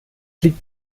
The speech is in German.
liegt